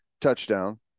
touchdown